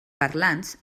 parlants